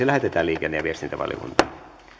lähetetään liikenne ja viestintävaliokuntaan